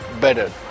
better